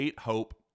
Hope